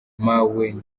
mawe